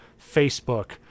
Facebook